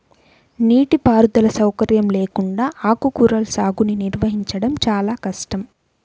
నీటిపారుదల సౌకర్యం లేకుండా ఆకుకూరల సాగుని నిర్వహించడం చాలా కష్టం